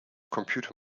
computer